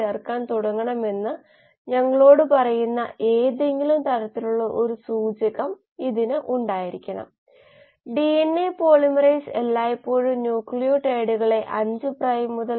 ഇങ്ങനെയാണെങ്കിൽ extracellular intracellular മെട്രിക്സുകളുമായി ബന്ധപ്പെട്ട ഈ മാട്രിക്സിനെ നമുക്ക് വിഭജിക്കാം കാരണം intracellular metrics intracellular metabolite അനുബന്ധ മെട്രിക്സുകൾ അപ്രത്യക്ഷമാകും